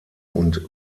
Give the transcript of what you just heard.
und